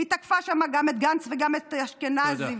והיא תקפה שם גם את גנץ וגם את אשכנזי, תודה.